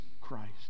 Christ